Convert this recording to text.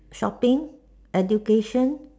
shopping education